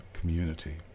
community